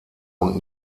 und